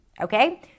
Okay